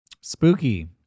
Spooky